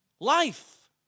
Life